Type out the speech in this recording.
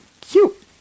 cute